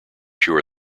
sure